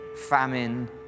famine